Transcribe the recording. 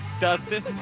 dustin